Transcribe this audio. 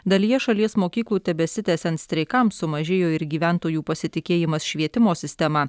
dalyje šalies mokyklų tebesitęsiant streikams sumažėjo ir gyventojų pasitikėjimas švietimo sistema